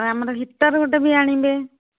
ଆମର ହିଟର ଗୋଟେ ବି ଆଣିବେ